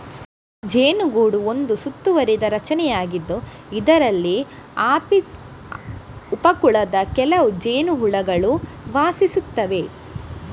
ಜೇನುಗೂಡು ಒಂದು ಸುತ್ತುವರಿದ ರಚನೆಯಾಗಿದ್ದು, ಇದರಲ್ಲಿ ಅಪಿಸ್ ಉಪ ಕುಲದ ಕೆಲವು ಜೇನುಹುಳುಗಳು ವಾಸಿಸುತ್ತವೆ